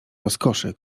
rozkoszy